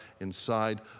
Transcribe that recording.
inside